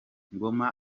ngoma